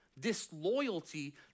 disloyalty